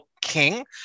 King